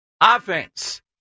Offense